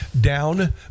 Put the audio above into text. down